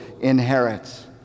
inherits